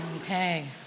Okay